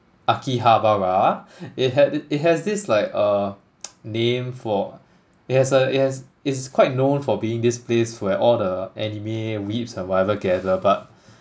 akihabara it had it has this like uh name for it has a it has it's quite known for being this place where all the anime weebs or whatever gather but